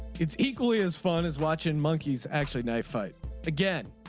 it's equally as fun as watching monkeys actually knife fight again.